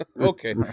Okay